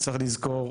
צריך לזכור,